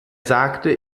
sagte